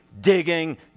digging